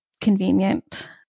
convenient